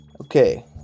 okay